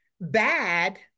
bad